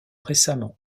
récemment